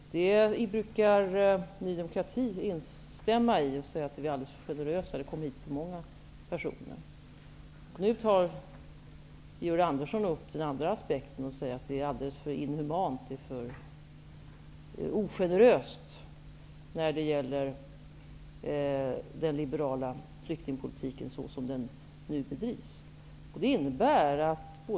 Sådant tal brukar Ny demokrati instämma i. Ny demokrati säger att regeringen är alldeles för generös och att det kommer alldeles för många personer hit. Nu tar Georg Andersson upp den andra aspekten och säger att flyktingpolitiken är alldeles för inhuman och att den liberala flyktingpolitiken är alldeles för ogenerös på det sätt som den bedrivs.